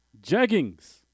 Jeggings